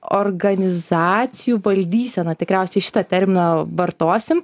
organizacijų valdyseną tikriausiai šitą terminą vartosim